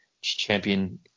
champion